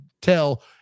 tell